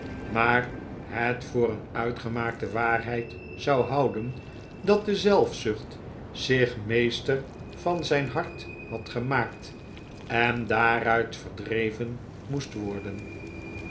maar het voor een uitgemaakte waarheid zou houden dat de zelfzucht zich meester van zijn hart had gemaakt en daaruit verdreven moest worden